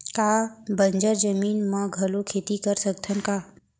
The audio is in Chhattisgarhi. का बंजर जमीन म घलो खेती कर सकथन का?